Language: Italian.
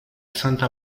santa